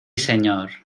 señor